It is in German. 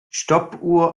stoppuhr